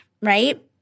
right